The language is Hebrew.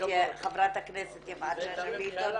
את חברת הכנסת יפעת שאשא ביטון,